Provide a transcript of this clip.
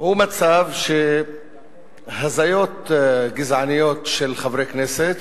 הוא מצב שהזיות גזעניות של חברי הכנסת